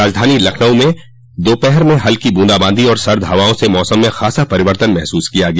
राजधानी लखनऊ में दोपहर में हल्की बूंदाबांदी और सर्द हवाओं से मौसम में खासा परिवर्तन महसूस किया गया